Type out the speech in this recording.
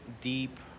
deep